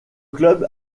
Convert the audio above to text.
club